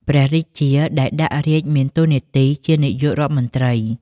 ព្រះរាជាដែលដាក់រាជ្យមានតួនាទីជានាយករដ្ឋមន្ត្រី។